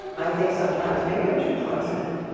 i think sometimes maybe i'm too confident.